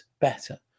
better